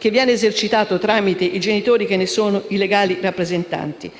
che viene esercitato tramite i genitori che ne sono i legali rappresentanti.